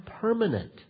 permanent